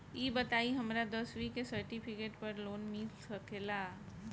ई बताई हमरा दसवीं के सेर्टफिकेट पर लोन मिल सकेला?